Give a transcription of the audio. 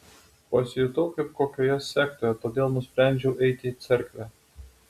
pasijutau kaip kokioje sektoje todėl nusprendžiau eiti į cerkvę